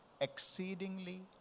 exceedingly